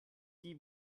die